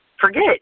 Forget